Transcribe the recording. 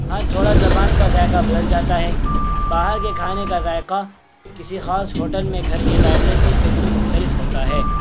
ہاں تھوڑا زبان کا ذائقہ بدل جاتا ہے باہر کے کھانے کا ذائقہ کسی خاص ہوٹل میں گھر کے ذائقے سے بالکل مختلف ہوتا ہے